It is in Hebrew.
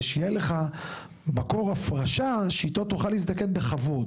שיהיה לך מקור הפרשה שאיתו תוכל להזדקן בכבוד.